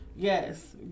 Yes